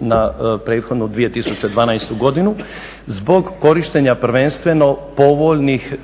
na prethodnu 2012. godinu zbog korištenja prvenstveno povoljnih